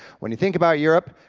when you think about europe,